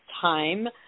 time